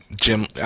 Jim